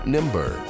Nimber